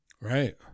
Right